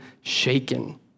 shaken